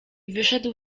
wyszedł